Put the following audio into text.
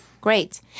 great